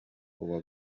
uwa